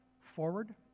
forward